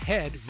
Head